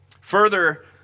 Further